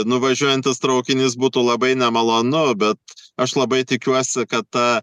nuvažiuojantis traukinys būtų labai nemalonu bet aš labai tikiuosi kad ta